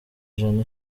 ijana